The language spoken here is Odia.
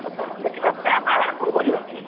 ହଉ କାମ ଦେଖିଲ ଆଗକୁ ବଢ଼ିବା